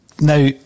Now